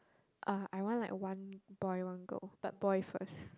uh I want like one boy one girl but boy first